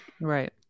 Right